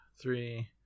three